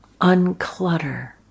unclutter